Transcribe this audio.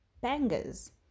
bangers